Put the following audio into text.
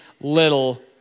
little